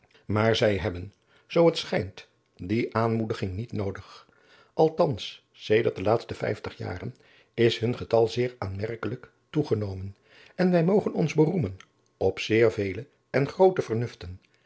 maar zij hebben zoo het schijnt die aanmoediging niet noodig althans sedert de laatste vijftig jaren is hun getal zeer aanmerkelijk toegenomen en wij mogen adriaan loosjes pzn het leven van maurits lijnslager ons beroemen op zeer vele en groote